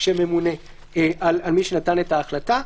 שממונה על מי שנתן את ההחלטה.